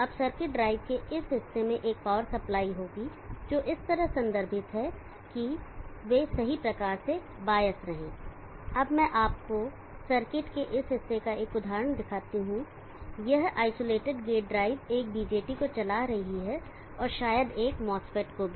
अब circuit drive के इस हिस्से में एक पावर सप्लाई होगी जो इस तरह से संदर्भित है कि गेट सही प्रकार से बायस रहे अब मैं आपको सर्किट के इस हिस्से का एक उदाहरण दिखाता हूं यह आइसोलेटेड गेट ड्राइव एक BJT को चला रही है और शायद एक MOSFET को भी